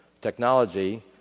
technology